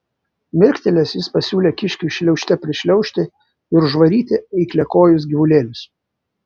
mirktelėjęs jis pasiūlė kiškiui šliaužte prišliaužti ir užvaryti eikliakojus gyvulėlius